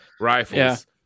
rifles